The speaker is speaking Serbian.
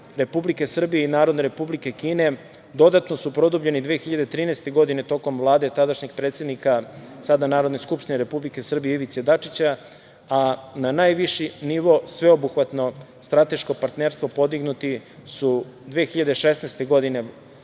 Republike Srbije i Narodne Republike Kine dodatno su produbljeni 2013. godine tokom vlade tadašnjeg predsednika, sada Narodne skupštine, Ivice Dačića, a na najviši nivo sveobuhvatno strateško partnerstvo podignuti su 2016. godine,